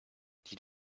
did